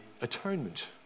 atonement